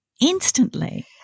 instantly